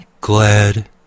glad